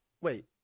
wait